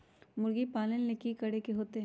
मुर्गी पालन ले कि करे के होतै?